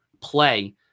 play